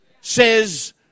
says